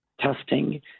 testing